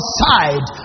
side